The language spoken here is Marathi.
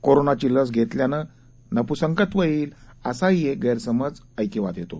कोरोनाची लस घेतल्यानं नपुसंकत्व येईल असाही कि गैरसमज ऐकवात येतो